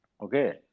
Okay